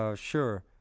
ah sure.